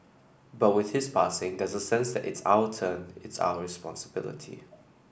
but with his passing there's a sense that it's our turn it's our responsibility